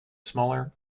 smaller